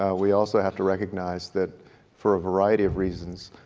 ah we also have to recognize that for a variety of reasons,